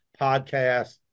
podcast